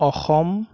Assam